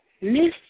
Miss